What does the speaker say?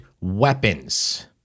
weapons